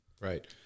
right